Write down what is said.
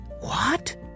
What